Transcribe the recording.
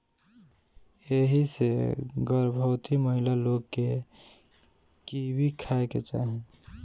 एही से गर्भवती महिला लोग के कीवी खाए के चाही